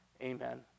Amen